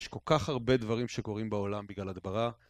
יש כל כך הרבה דברים שקורים בעולם בגלל הדברה.